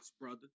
brother